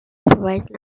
verweisen